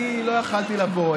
אני לא יכולתי לבוא,